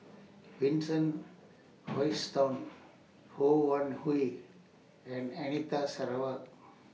Vincent Hoisington Ho Wan Hui and Anita Sarawak